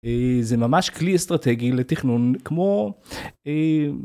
זה ממש כלי אסטרטגי לתכנון כמו.